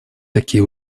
такие